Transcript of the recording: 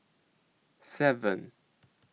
seven